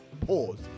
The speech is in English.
pause